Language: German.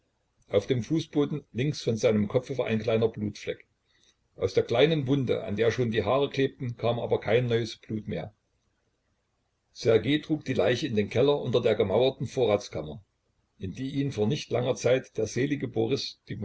auf dem fußboden links von seinem kopfe war ein kleiner blutfleck aus der kleinen wunde an der schon die haare klebten kam aber kein neues blut mehr ssergej trug die leiche in den keller unter der gemauerten vorratskammer in die ihn vor nicht langer zeit der selige boris